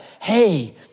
hey